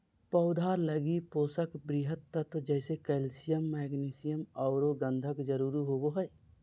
पौधा लगी पोषक वृहत तत्व जैसे कैल्सियम, मैग्नीशियम औरो गंधक जरुरी होबो हइ